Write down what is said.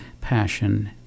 passion